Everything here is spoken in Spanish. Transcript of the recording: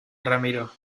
ramiro